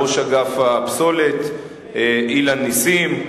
ראש אגף הפסולת אילן נסים,